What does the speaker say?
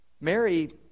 Mary